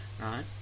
right